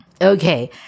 Okay